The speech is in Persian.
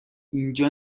اینجا